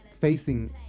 facing